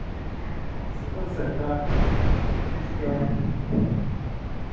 सरकार उसका